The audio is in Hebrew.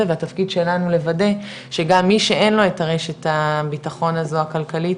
והתפקיד שלנו לוודא שגם מי שאין לו את הרשת הביטחון הזו הכלכלית